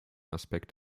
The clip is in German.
aspekt